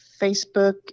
Facebook